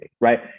right